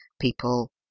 people